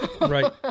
right